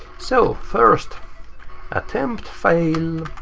so, first attempt fail.